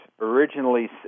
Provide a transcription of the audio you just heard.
originally